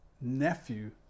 nephew